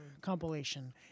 compilation